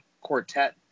quartet